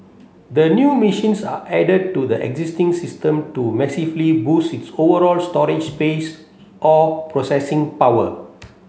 the new machines are added to the existing system to massively boost its overall storage space or processing power